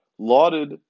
Lauded